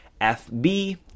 FB